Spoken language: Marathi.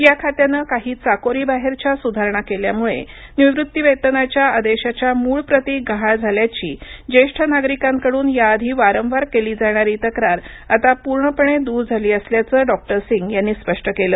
या खात्यानं काही चाकोरीबाहेरच्या सुधारणा केल्यामुळेनिवृत्तीवेतनाच्या आदेशाच्या मूळ प्रती गहाळ झाल्याचीज्येष्ठ नागरिकांकडून याआधीवारंवार केली जाणारी तक्रार आता पूर्णपणे दूर झाली असल्याचं डॉक्टर सिंग यांनीस्पष्ट केलं